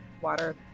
water